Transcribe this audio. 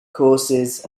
courses